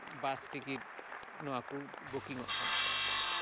ᱵᱟᱥ ticket ᱱᱚᱣᱟ ᱠᱚ booking ᱚᱜ ᱠᱟᱱᱟ